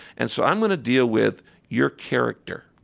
and so i'm going to deal with your character,